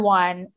one